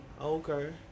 Okay